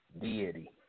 deity